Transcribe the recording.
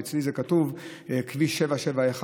שאצלי זה כתוב כביש 771,